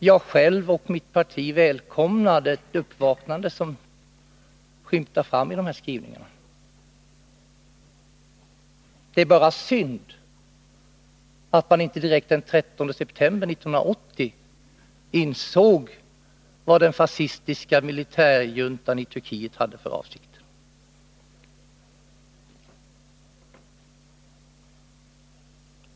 Jag själv och mitt parti välkomnar det uppvaknande som skymtar fram i de här skrivningarna. Det är bara synd att man inte direkt den 13 september 1980 insåg vad den fascistiska militärjuntan i Turkiet hade för avsikt.